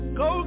go